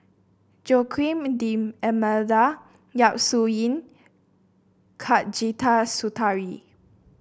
Joaquim D'Almeida Yap Su Yin